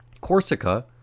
Corsica